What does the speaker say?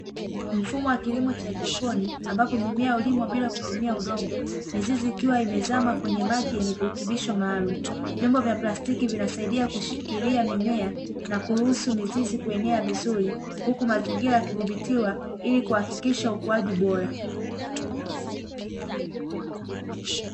Mfumo wa kilimo cha haidroponi ambapo mimea hulimwa bila kutumia udongo, mizizi ikiwa imezama kwenye maji yenye virutubisho maalumu. Vyombo vya plastiki vinasaidia kushikilia mimea na kuruhusu mizizi kuenea vizuri, huku mazingira yakidhibitiwa ili kuhakikisha ukuaji bora.